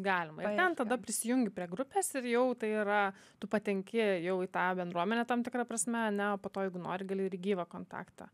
galima ir ten tada prisijungi prie grupės ir jau tai yra tu patenki jau į tą bendruomenę tam tikra prasme ane o po to jeigu nori gali ir į gyvą kontaktą